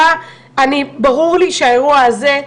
ברור לי שהאירוע הזה,